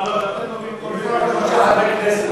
יש רק חמישה חברי כנסת באולם,